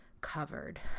covered